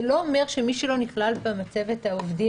זה לא אומר שמי שלא נכלל במצבת העובדים,